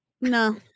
No